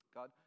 God